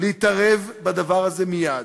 להתערב בדבר הזה מייד.